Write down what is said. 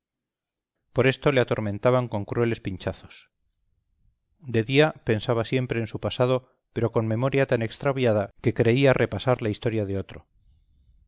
por esto le atormentaban con crueles pinchazos de día pensaba siempre en su pasado pero con memoria tan extraviada que creía repasar la historia de otro